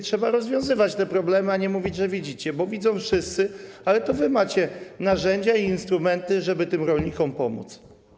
Trzeba rozwiązywać te problemy, a nie mówić, że widzicie, bo widzą je wszyscy, ale to wy macie narzędzia i instrumenty, żeby tym rolnikom pomóc.